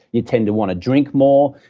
you tend to want to drink more,